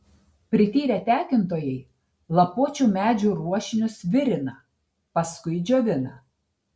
prityrę tekintojai lapuočių medžių ruošinius virina paskui džiovina